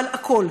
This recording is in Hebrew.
אבל הכול,